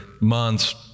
months